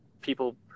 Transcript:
people